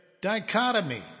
Dichotomy